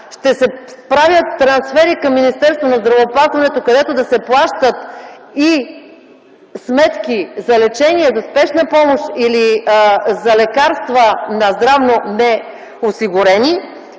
ще се правят трансфери към Министерството на здравеопазването, където да се плащат и сметки за лечение, за спешна помощ или за лекарства на здравнонеосигурени.